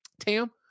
tam